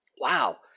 wow